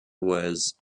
was